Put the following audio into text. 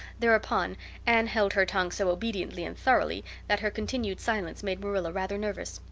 thereupon anne held her tongue so obediently and thoroughly that her continued silence made marilla rather nervous,